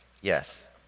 Yes